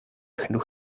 genoeg